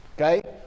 Okay